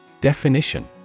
Definition